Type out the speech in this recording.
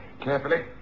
carefully